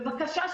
אורלי,